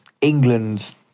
England